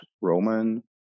Roman